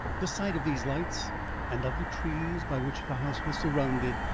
the sight of these lights and of the trees by which the house was surrounded,